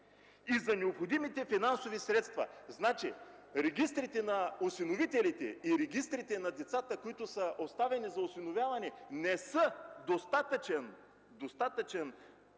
и за необходимите финансови средства”! Значи регистрите на осиновителите и регистрите на децата, оставени за осиновяване, не са достатъчен, категоричен